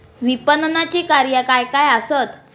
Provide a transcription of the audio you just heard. विपणनाची कार्या काय काय आसत?